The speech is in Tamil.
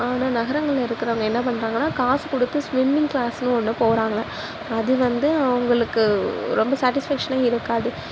ஆனால் நகரங்களில் இருக்கிறவுங்க என்ன பண்ணுறாங்கனா காசு கொடுத்து ஸ்விம்மிங் கிளாஸ்னு ஒன்று போகிறாங்க அது வந்து அவங்களுக்கு ரொம்ப சாட்டிஸ்ஃபேக்க்ஷனே இருக்காது